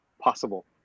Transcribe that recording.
possible